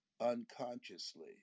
Unconsciously